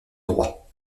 droit